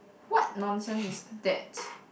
what nonsense is that